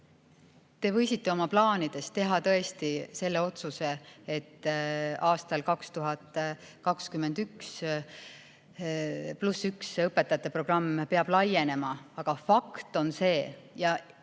te võisite oma plaanides teha tõesti selle otsuse, et aastal 2021 "+1 õpetaja" programm peab laienema. Aga fakt on see –